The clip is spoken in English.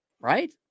Right